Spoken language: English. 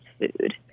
food